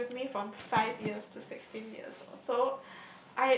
it was with me from five years to sixteen years or so